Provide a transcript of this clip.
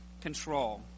control